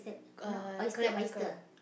uh clam clam